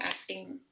asking